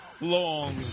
long